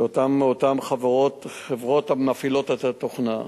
אותן חברות המפעילות את התוכנה.